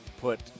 put